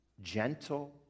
gentle